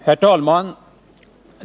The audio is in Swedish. Herr talman!